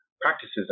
practices